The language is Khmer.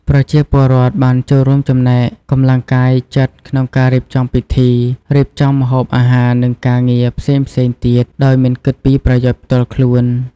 ប្រជាពលរដ្ឋបានចូលរួមចំណែកកម្លាំងកាយចិត្តក្នុងការរៀបចំពិធី រៀបចំម្ហូបអាហារ និងការងារផ្សេងៗទៀតដោយមិនគិតពីប្រយោជន៍ផ្ទាល់ខ្លួន។